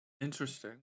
Interesting